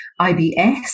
IBS